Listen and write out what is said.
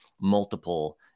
multiple